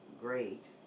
great